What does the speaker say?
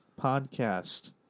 podcast